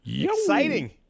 Exciting